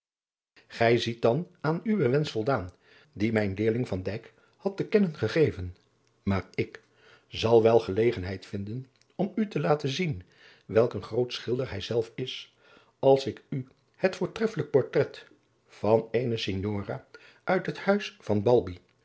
gij ziet dan aan uwen wensch voldaan dien mij mijn leerling van dijk had te kennen gegeven maar ik zal wel gelegenheid vinden om u te laten zien welk een groot schilder hij zelf is als ik u het voortreffelijk portrait van eene signora uit het huis van